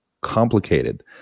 complicated